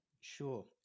Sure